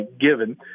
given